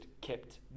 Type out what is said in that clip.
kept